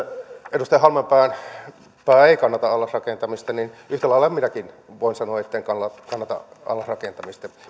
edustaja halmeenpää ei kannata allasrakentamista yhtä lailla minäkin voin sanoa että en kannata allasrakentamista